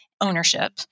ownership